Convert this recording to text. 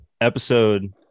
Episode